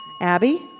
Abby